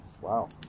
wow